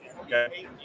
okay